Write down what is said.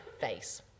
face